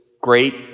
great